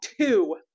Two